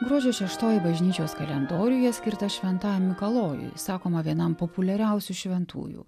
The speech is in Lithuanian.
gruodžio šeštoji bažnyčios kalendoriuje skirta šventajam mikalojui sakoma vienam populiariausių šventųjų